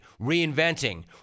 reinventing